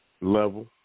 level